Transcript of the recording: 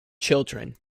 children